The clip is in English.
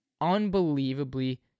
unbelievably